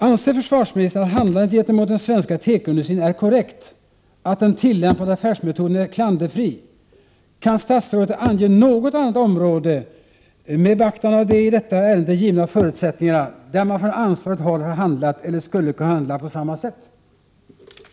Anser försvarsministern att handlandet gentemot den svenska tekoindustrin är korrekt, att den tillämpade affärsmetoden är klanderfri? Kan statsrådet ange något annat område — med beaktande av de i detta ärende givna förutsättningarna — där man från ansvarigt håll har handlat eller skulle Prot. 1988/89:9 kunna handla på samma sätt? 13 oktober 1988 As ms ER Om överbefälhavarens Överl h d avslutad. verläggningen var härmed avslutad försläg Försvarsrhakts